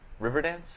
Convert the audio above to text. Riverdance